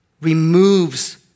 removes